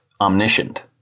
omniscient